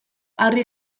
harri